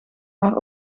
maar